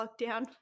lockdown